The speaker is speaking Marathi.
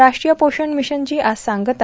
राष्ट्रीय पोषण मिशनची आज सांगता